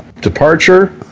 departure